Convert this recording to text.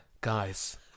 Guys